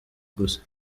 gusa